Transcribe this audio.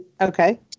Okay